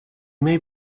may